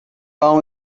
اون